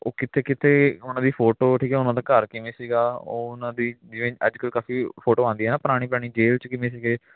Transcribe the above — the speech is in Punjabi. ਉਹ ਕਿੱਥੇ ਕਿੱਥੇ ਉਹਨਾਂ ਦੀ ਫੋਟੋ ਠੀਕ ਹੈ ਉਹਨਾਂ ਦਾ ਘਰ ਕਿਵੇਂ ਸੀਗਾ ਉਹ ਉਹਨਾਂ ਦੀ ਜਿਵੇਂ ਅੱਜ ਕੱਲ੍ਹ ਕਾਫੀ ਫੋਟੋ ਆਉਂਦੀਆਂ ਪੁਰਾਣੀ ਪੁਰਾਣੀ ਜੇਲ੍ਹ 'ਚ ਕਿਵੇਂ ਸੀਗੇ